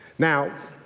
now